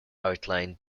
outline